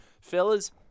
Fellas